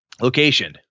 Location